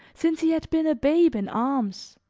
since he had been a babe in arms!